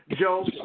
Joe